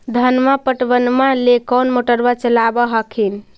धनमा पटबनमा ले कौन मोटरबा चलाबा हखिन?